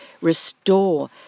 restore